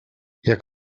jak